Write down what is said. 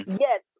yes